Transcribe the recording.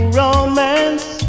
romance